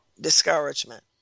discouragement